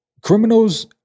criminals